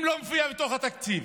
אם זה לא מופיע בתוך התקציב?